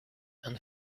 and